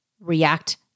react